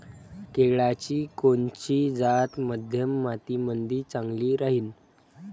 केळाची कोनची जात मध्यम मातीमंदी चांगली राहिन?